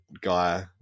guy